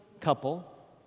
couple